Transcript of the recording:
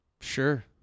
sure